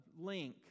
link